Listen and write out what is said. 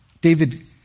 David